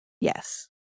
yes